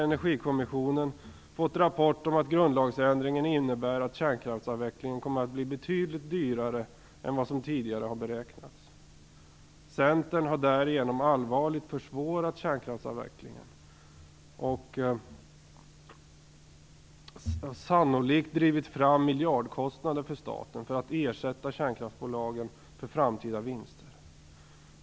Energikommissionen har ju fått en rapport om att grundlagsändringen innebär att kärnkraftsavvecklingen kommer att bli betydligt dyrare än vad som tidigare har beräknats. Centern har därigenom allvarligt försvårat kärnkraftsavvecklingen och sannolikt drivit fram miljardkostnader för staten för att ersätta kärnkraftsbolagen för framtida vinster.